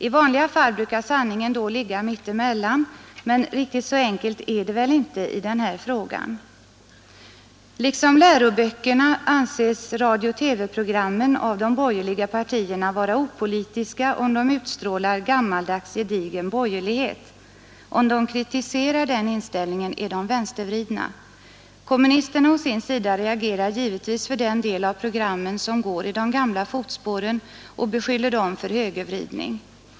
I vanliga fall brukar sanningen då ligga mitt emellan, men riktigt så enkelt är det väl inte i den här frågan. Liksom läroböckerna anses radiooch TV-programmen av de borgerliga partierna vara opolitiska, om de utstrålar gammaldags, gedigen borgerlighet. Om programmen kritiserar denna inställning, är de vänstervridna. Kommunisterna å sin sida reagerar givetvis för den del av programmen, som går i de gamla fotspåren, och beskyller dem för högervridning.